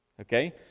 okay